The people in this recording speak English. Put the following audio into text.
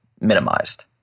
minimized